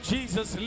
Jesus